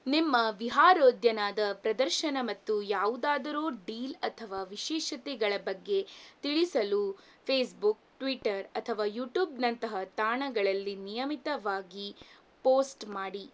ನಿಮ್ಮ ವಿಹಾರೋದ್ಯಾನದ ಪ್ರದರ್ಶನ ಮತ್ತು ಯಾವುದಾದರೂ ಡೀಲ್ ಅಥವಾ ವಿಶೇಷತೆಗಳ ಬಗ್ಗೆ ತಿಳಿಸಲು ಫೇಸ್ಬುಕ್ ಟ್ವಿಟ್ಟರ್ ಅಥವಾ ಯೂಟೂಬ್ನಂತಹ ತಾಣಗಳಲ್ಲಿ ನಿಯಮಿತವಾಗಿ ಪೋಸ್ಟ್ ಮಾಡಿ